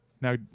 now